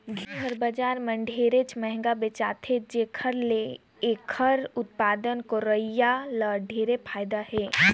घींव हर बजार में ढेरे मंहगा बेचाथे जेखर ले एखर उत्पादन करोइया ल ढेरे फायदा हे